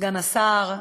סגן השר,